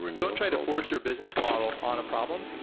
don't try to force your business model on a problem.